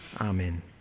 Amen